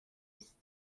است